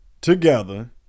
together